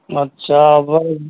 अच्छा अब